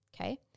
Okay